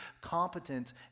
competent